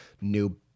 new